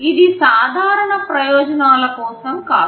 ఇది సాధారణ ప్రయోజనాల కోసం కాదు